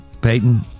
Peyton